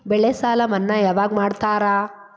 ಬೆಳೆ ಸಾಲ ಮನ್ನಾ ಯಾವಾಗ್ ಮಾಡ್ತಾರಾ?